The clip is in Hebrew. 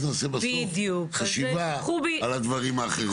אנחנו נעשה דיון ואז נעשה בסוף חשיבה על הדברים האחרים.